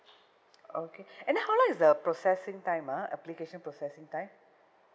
okay and how long is the processing time ah application processing time